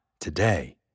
today